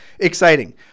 Exciting